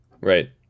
Right